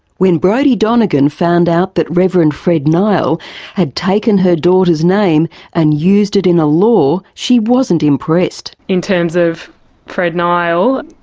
when brodie donegan found out that reverend fred nile had taken her daughter's name and used it in a law, she wasn't impressed. in terms of fred nile,